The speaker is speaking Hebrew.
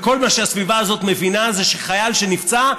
וכל מה שהסביבה הזאת מבינה זה שחייל שנפצע,